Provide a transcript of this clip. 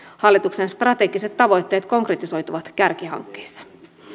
hallituksen strategiset tavoitteet konkretisoituvat kärkihankkeissa